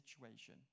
situation